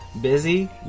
busy